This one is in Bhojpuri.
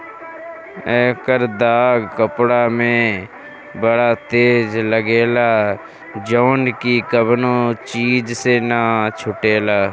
एकर दाग कपड़ा में बड़ा तेज लागेला जउन की कवनो चीज से ना छुटेला